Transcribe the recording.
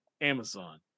Amazon